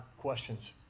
questions